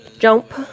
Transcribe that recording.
Jump